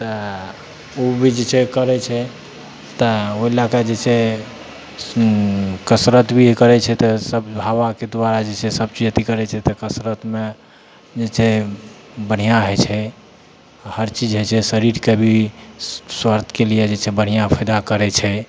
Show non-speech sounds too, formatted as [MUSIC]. तऽ [UNINTELLIGIBLE] चेक करै छै तऽ ओहि लऽ कऽ जे छै कसरत भी करै छै तऽ सब हवाके द्वारा जे छै सब चीज अथी करै छै तऽ कसरतमे जे छै बढ़िऑं होइ छै हरचीज होइ छै शरीरके भी स्वस्थके लिए जे छै बढ़िऑं फायदा करै छै